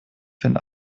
wenn